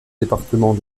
département